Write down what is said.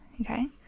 okay